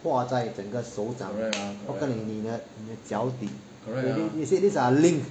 挂在整个手掌跟你的脚底 they said these are linked